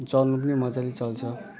चल्नु पनि मजाले चल्छ